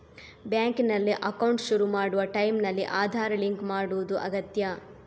ಬ್ಯಾಂಕಿನಲ್ಲಿ ಅಕೌಂಟ್ ಶುರು ಮಾಡುವ ಟೈಂನಲ್ಲಿ ಆಧಾರ್ ಲಿಂಕ್ ಮಾಡುದು ಅಗತ್ಯ